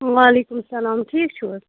وعلیکُم سلام ٹھیٖک چھُوا